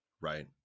Right